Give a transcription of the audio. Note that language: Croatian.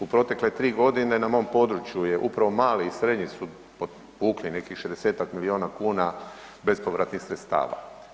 U protekle 3.g. na mom području je, upravo mali i srednji su povukli nekih 60-tak milijuna kuna bespovratnih sredstava.